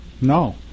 No